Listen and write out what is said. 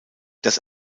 das